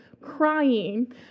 crying